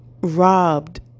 robbed